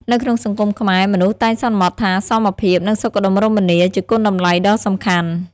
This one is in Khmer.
នៅក្នុងសង្គមខ្មែរ មនុស្សតែងសន្មតថាសមភាព និងសុខដុមរមនាជាគុណតម្លៃដ៏សំខាន់។